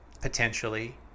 potentially